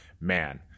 man